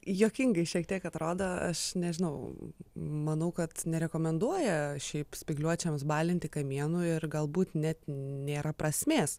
juokingai šiek tiek atrodo aš nežinau manau kad nerekomenduoja šiaip spygliuočiams balinti kamienų ir galbūt net nėra prasmės